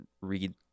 read